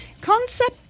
Concept